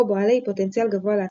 או בעלי פוטנציאל גבוה להצלחה,